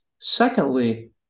Secondly